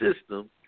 system